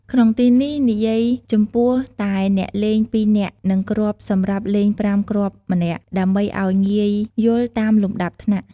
ក្នុងទីនេះ និយាយចំពោះតែអ្នកលេង ២នាក់ និងគ្រាប់សម្រាប់លេង ៥ គ្រាប់ម្នាក់ ដើម្បីឲ្យងាយយល់តាមលំដាប់ថ្នាក់។